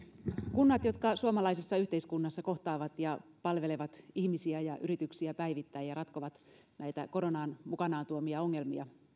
kunnat jotka suomalaisessa yhteiskunnassa kohtaavat ja palvelevat ihmisiä ja yrityksiä päivittäin ja ratkovat näitä koronan mukanaan tuomia ongelmia